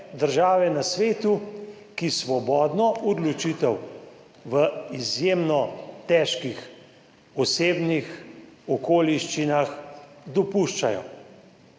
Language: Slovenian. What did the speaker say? na svetu, ki svobodno odločitev v izjemno težkih osebnih okoliščinah dopuščajo.